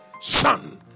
son